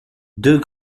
deux